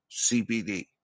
CBD